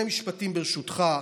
עוד שני משפטים, ברשותך.